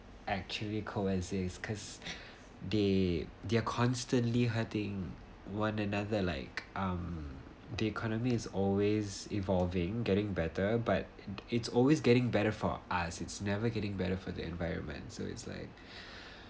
actually coexist cause they they're constantly hurting one another like um the economy is always evolving getting better but it it's always getting better far as it's never getting better for the environment so it's like